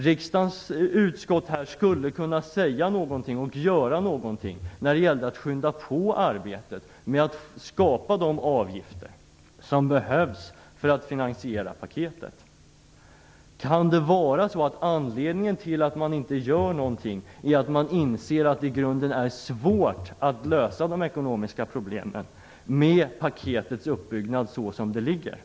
Riksdagens utskott skulle kunna säga eller göra något för att skynda på arbetet med att skapa de avgifter som behövs för att finansiera paketet. Kan det vara så att anledningen till att man inte gör någonting är att man inser att det i grunden är svårt att lösa de ekonomiska problemen med paketets uppbyggnad såsom förslaget ser ut?